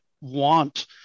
want